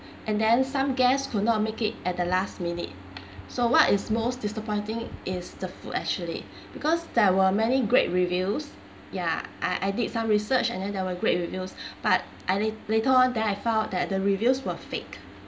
and then some guests could not make it at the last minute so what is most disappointing is the food actually because there were many great reviews ya I I did some research and then there were great reviews but I late later on then I found out that the reviews were fake